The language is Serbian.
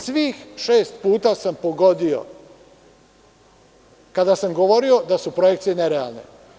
Svih šest puta sam pogodio kada sam govorio da su projekcije nerealne.